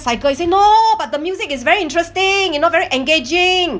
cycle she said no but the music is very interesting you know very engaging